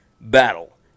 battle